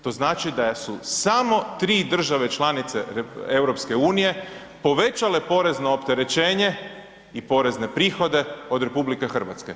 To znači da su samo tri države članice EU povećale porezno opterećenje i porezne prihode od RH.